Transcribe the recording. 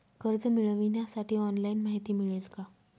कर्ज मिळविण्यासाठी ऑनलाइन माहिती मिळेल का?